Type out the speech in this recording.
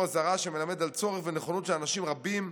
אזהרה שמלמד על צורך ונכונות של אנשים רבים,